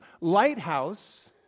Lighthouse